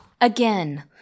Again